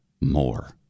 more